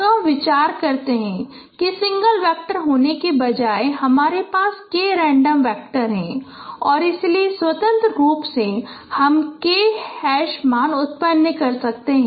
तो हम विचार करते हैं कि सिंगल वेक्टर होने के बजाय हमारे पास k रैंडम वैक्टर हैं और इसलिए स्वतंत्र रूप से हम k हैश मान उत्पन्न कर सकते हैं